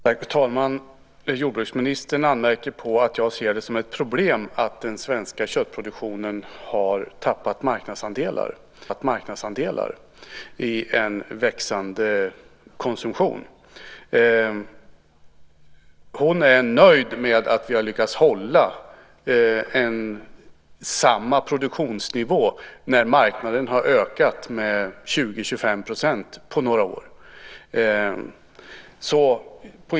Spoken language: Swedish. Fru talman! Jordbruksministern anmärker på att jag ser det som ett problem att den svenska köttproduktionen har tappat marknadsandelar i en växande konsumtion. Hon är nöjd med att vi har lyckats hålla samma produktionsnivå när marknaden har ökat med 20-25 % på några år.